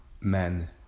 men